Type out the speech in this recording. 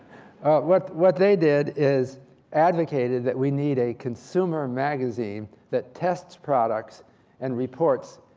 ah what what they did is advocated that we need a consumer magazine that tests products and reports.